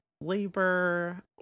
labor